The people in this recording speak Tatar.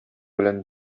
белән